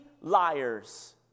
liars